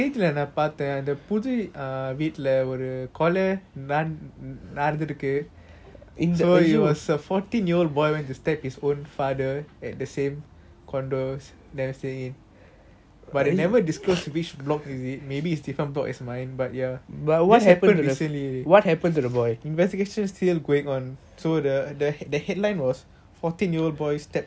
Cola நடந்து இருக்கு:kola nadanthu iruku so it was a fourteen year old boy when to stab his own father at the same condo that I'm staying in but they never disclose which block is it maybe it's different block as mine but ya investigation still going on so the the the headline was fourteen year old boy stab err father at his own house